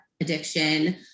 addiction